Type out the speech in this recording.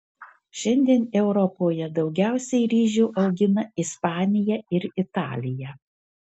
šiandien europoje daugiausiai ryžių augina ispanija ir italija